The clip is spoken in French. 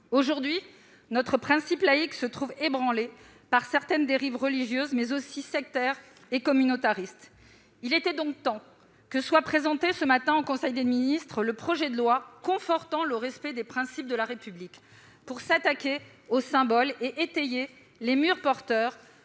Aujourd'hui, le principe de laïcité se trouve ébranlé par certaines dérives religieuses, mais aussi sectaires et communautaristes. Il était donc temps que soit présenté, ce matin, en conseil des ministres, le projet de loi confortant le respect des principes de la République, afin de nous attaquer aux symboles et d'étayer les murs porteurs